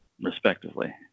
respectively